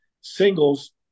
singles